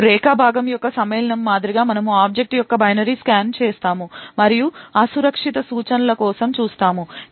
ఇప్పుడు రేఖా భాగము యొక్క సమ్మేళనము మాదిరిగానే మనము ఆబ్జెక్ట్ యొక్క బైనరీని స్కాన్ చేస్తాము మరియు అసురక్షిత సూచనల కోసం చూస్తాము